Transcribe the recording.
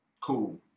cool